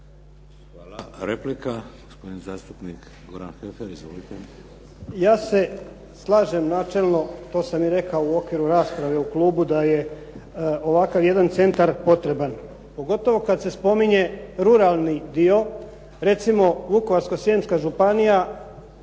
Hvala. Replika, gospodin zastupnik Goran Heffer. Izvolite. **Heffer, Goran (SDP)** Ja se slažem načelno, to sam i rekao u okviru rasprave u klubu da je ovakav jedan centar potreban, pogotovo kad se spominje ruralni dio, recimo Vukovarsko-srijemska županija,